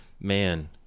Man